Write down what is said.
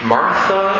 Martha